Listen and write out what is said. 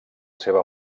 seva